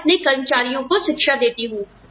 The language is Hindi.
मैं अपने कर्मचारियों को शिक्षा देती हूं